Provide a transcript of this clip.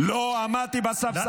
כבר לפני.